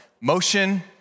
Motion